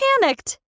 panicked